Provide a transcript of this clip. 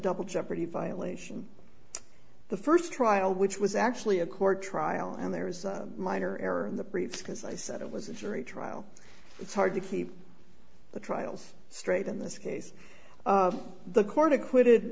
double jeopardy violation the first trial which was actually a court trial and there is a minor error in the briefs because i said it was a jury trial it's hard to keep the trials straight in this case the court acquitted